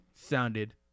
sounded